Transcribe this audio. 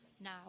now